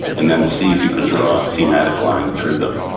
and then see if you can draw a thematic line through them.